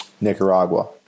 Nicaragua